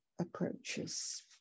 approaches